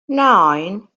nine